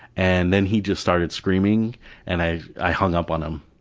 and then he just started screaming and i i hung up on him.